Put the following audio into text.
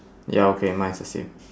ya okay mine's the same